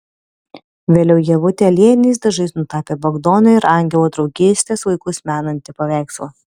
vėliau ievutė aliejiniais dažais nutapė bagdono ir angelo draugystės laikus menantį paveikslą